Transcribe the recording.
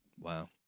Wow